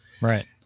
Right